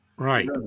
Right